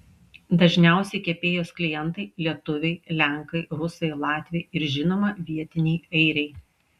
dažniausi kepėjos klientai lietuviai lenkai rusai latviai ir žinoma vietiniai airiai